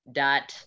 dot